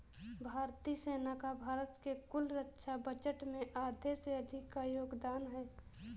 भारतीय सेना का भारत के कुल रक्षा बजट में आधे से अधिक का योगदान है